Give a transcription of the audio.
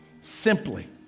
simply